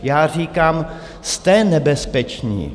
Já říkám, jste nebezpeční.